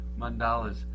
mandalas